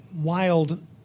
wild